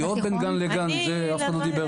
הנסיעות בין גן לגן זה אף אחד לא דיבר פה.